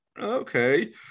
okay